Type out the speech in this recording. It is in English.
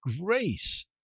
grace